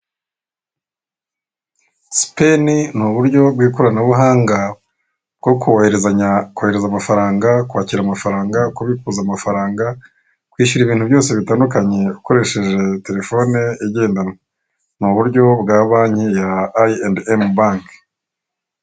Sipeni nuburyo bw'ikoranabuhanga bwo kohezanya kohereza amafaranga kwakira amafaranga kubikuza amafaranga kwishyura ibintu byose bitandukanye ukoresheje telefone ye igendanwa n'uburyo bwa banki ya ayi endi emu banki.